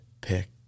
pick